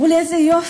אמרו לי: איזה יופי,